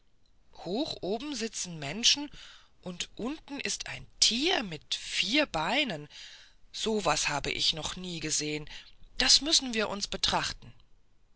hoch oben sitzen menschen und unten ist ein tier mit vier beinen so was habe ich noch nie gesehen das müssen wir uns betrachten